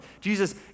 Jesus